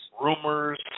rumors